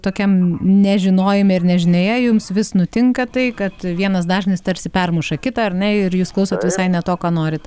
tokiam nežinojime ir nežinioje jums vis nutinka tai kad vienas dažnis tarsi permuša kitą ar ne ir jūs klausot visai ne to ką norit